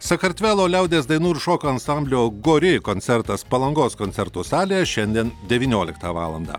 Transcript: sakartvelo liaudies dainų ir šokių ansamblio gori koncertas palangos koncertų salėje šiandien devynioliktą valandą